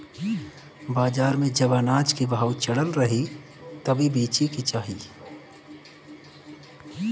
बाजार में जब अनाज भाव चढ़ल रहे तबे बेचे के चाही